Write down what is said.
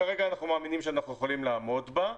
כרגע אנחנו מאמינים שאנחנו יכולים לעמוד בה.